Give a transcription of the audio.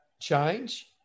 change